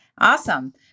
Awesome